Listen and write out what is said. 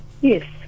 Yes